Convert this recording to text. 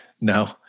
no